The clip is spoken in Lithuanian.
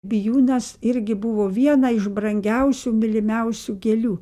bijūnas irgi buvo viena iš brangiausių mylimiausių gėlių